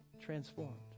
transformed